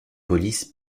polices